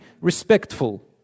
respectful